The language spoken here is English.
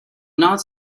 not